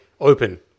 open